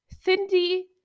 Cindy